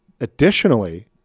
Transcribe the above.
additionally